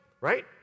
right